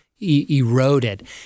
eroded